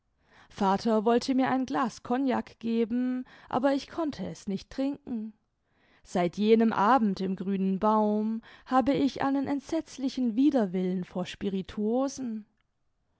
vater wollte mir ein glas kognak geben aber ich koimt es nicht trinken seit jenem abend im grünen baum habe ich einen entsetzlichen widerwillen vor spirituosen